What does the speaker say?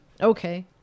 Okay